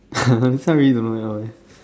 this one I really don't know at all eh